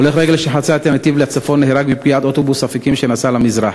הולך רגל שחצה את הנתיב לצפון נהרג מפגיעת אוטובוס "אפיקים" שנסע למזרח,